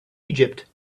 egypt